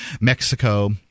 Mexico